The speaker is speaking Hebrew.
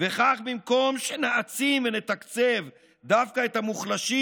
וכך במקום שנעצים ונתקצב דווקא את המוחלשים,